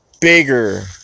bigger